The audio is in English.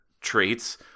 traits